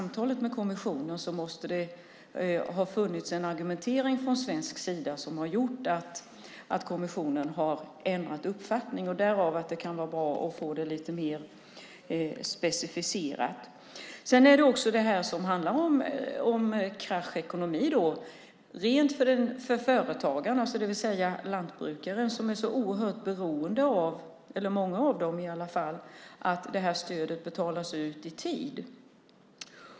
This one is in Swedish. I samtalet med kommissionen måste det ha funnits en argumentering från svensk sida som har gjort att kommissionen har ändrat uppfattning. Därför kan det vara bra att få det lite mer specificerat. När det handlar om krass ekonomi är företagarna, det vill säga lantbrukarna, i alla fall många av dem, oerhört beroende av att jordbruksstödet betalas ut i tid.